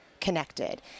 connected